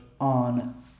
on